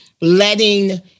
letting